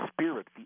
spirit